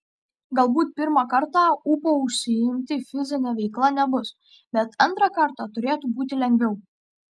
galbūt pirmą kartą ūpo užsiimti fizine veikla nebus bet antrą kartą turėtų būti lengviau